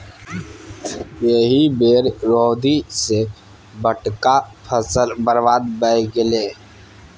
एहि बेर रौदी सँ सभटा फसल बरबाद भए गेलै